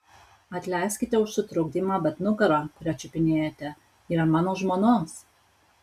atleiskite už sutrukdymą bet nugara kurią čiupinėjate yra mano žmonos